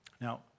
Now